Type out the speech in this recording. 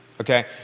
Okay